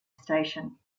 station